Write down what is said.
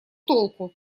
толку